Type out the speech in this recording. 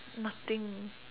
nothing